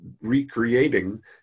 recreating